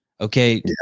Okay